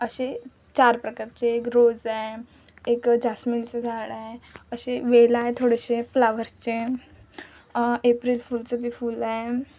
असे चार प्रकारचे एक रोज आहे एक अ जास्मिनचं झाड आहे असे वेल आहे थोडेसे फ्लावरचे एप्रिल फुलचं बी फुल आहे